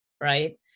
right